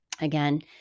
again